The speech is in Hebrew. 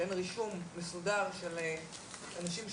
שאין רישום מסודר של אנשים שפונים,